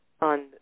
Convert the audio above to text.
on